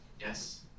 Yes